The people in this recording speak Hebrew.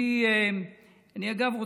אגב,